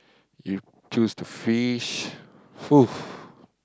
you choose the fish !fuh!